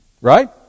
Right